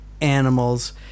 animals